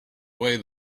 way